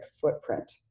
footprint